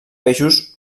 peixos